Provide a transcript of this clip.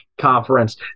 Conference